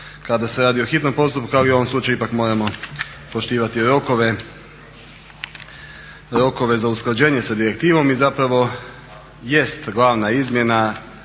kada se radi o hitnom postupku kao i u ovom slučaju, ipak moramo poštivati rokove za usklađenje sa direktivom i jest glavna izmjena